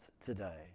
today